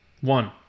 One